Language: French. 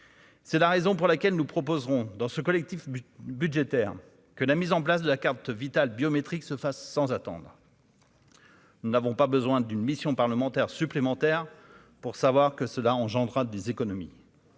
C'est la raison pour laquelle nous proposerons dans ce collectif budgétaire que la mise en place de la carte Vitale biométrique se fasse sans attendre, nous n'avons pas besoin d'une mission parlementaire supplémentaire pour savoir que cela engendrera des économies,